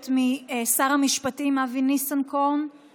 מבחינתם אור השמש יכול לחטא את כולנו,